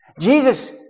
Jesus